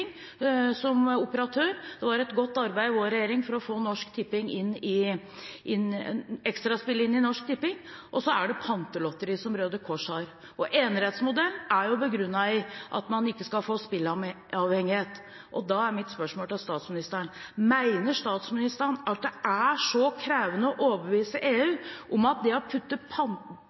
som operatør. Det ble gjort et godt arbeid av den rød-grønne regjeringen for å få Extra-spillet inn under Norsk Tipping. I tillegg er det Pantelotteriet, som Røde Kors har. Enerettsmodellen er begrunnet med at man ikke skal få spillavhengighet, og da er mitt spørsmål til statsministeren: Mener statsministeren at det er så krevende å overbevise EU